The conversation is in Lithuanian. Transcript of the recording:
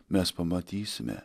mes pamatysime